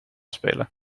spelen